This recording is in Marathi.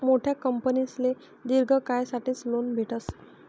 मोठा कंपनीसले दिर्घ कायसाठेच लोन भेटस